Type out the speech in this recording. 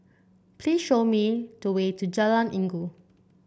please show me the way to Jalan Inggu